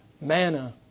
Manna